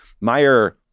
Meyer